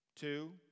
Two